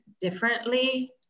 differently